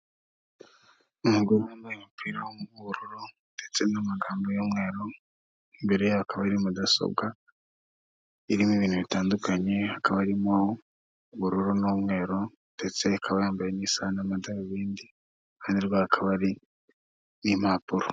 Umugore wambaye umupira w'ubururu ndetse n'amagambo y'umweru, imbere ya akaba ari mudasobwa irimo ibintu bitandukanye. Akaba arimo ubururu n'umweru ndetseAikaba yambaye isaha n'amadarubindi iruhanderwa hakaba hari n'impapuro.